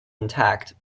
intact